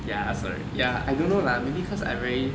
ya sorry ya I don't know lah maybe cause I very